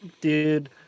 Dude